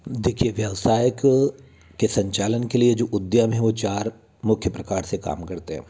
देखिए व्यवसाय के संचालन के लिए जो उद्यम है वो चार मुख्य प्रकार से काम करते हैं